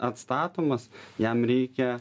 atstatomas jam reikia